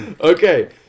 Okay